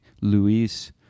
Luis